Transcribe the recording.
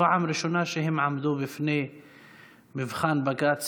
הפעם ראשונה שהם עמדו בפני מבחן בג"ץ